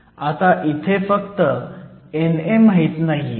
आत इथे फक्त NA माहीत नाहीये